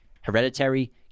Hereditary